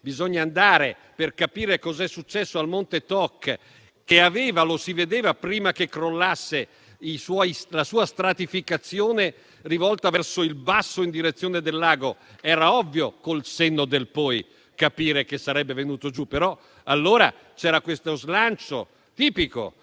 a vedere per capire cosa è successo al monte Toc, che aveva - lo si vedeva prima che crollasse - la sua stratificazione rivolta verso il basso in direzione del lago. Era ovvio, con il senno del poi, capire che sarebbe venuto giù, però allora c'era questo slancio, tipico